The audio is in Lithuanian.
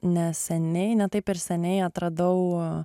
neseniai ne taip ir seniai atradau